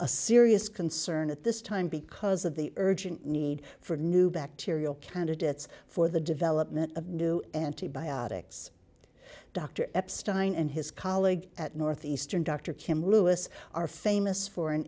a serious concern at this time because of the urgent need for new bacterial candidates for the development of new antibiotics dr epstein and his colleagues at northeastern dr kim lewis are famous for an